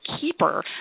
keeper